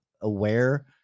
aware